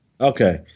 Okay